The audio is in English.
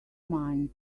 mind